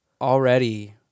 already